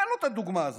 תן לו את הדוגמה הזאת,